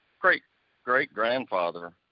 great-great-grandfather